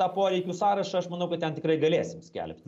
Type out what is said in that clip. tą poreikių sąrašą aš manau kad ten tikrai galėsim skelbt